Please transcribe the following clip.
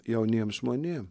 jauniem žmonėm